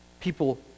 People